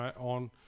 on